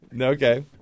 Okay